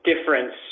difference